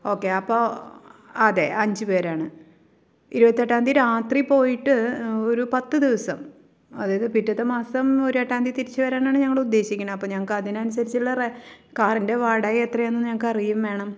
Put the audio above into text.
okay അപ്പോൾ അതെ അഞ്ചു പേരാണ് ഇരുപത്തെട്ടാം തിയതി രാത്രി പോയിട്ട് ഒരു പത്തു ദിവസം അതത് പിറ്റത്തെ മാസം ഒരെട്ടാന്തി തിരിച്ചു വരാനാണ് ഞങ്ങളുദ്ദേശിക്കണേ അപ്പോൾ ഞങ്ങക്കതിനനുസരിച്ചുള്ള റെ കാറിൻ്റെ വാടകയെത്രയാണെന്ന് ഞങ്ങൾക്കറിയുകയും വേണം